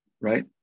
right